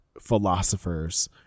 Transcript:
philosophers